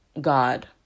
God